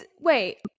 Wait